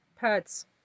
pets